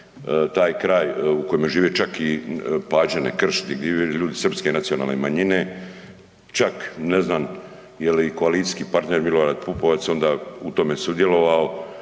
taj kraj u kome žive čak i Pađani … ljudi Srpske nacionalne manjine, čak ne znam je li koalicijski partner Milorad Pupovac onda u tome sudjelovao